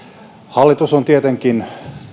hallitus on tietenkin